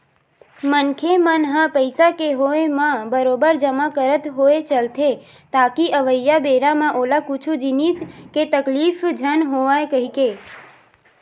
मनखे मन ह पइसा के होय म बरोबर जमा करत होय चलथे ताकि अवइया बेरा म ओला कुछु जिनिस के तकलीफ झन होवय कहिके